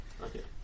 Okay